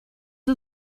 are